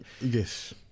Yes